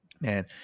Man